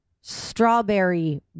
strawberry